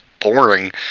boring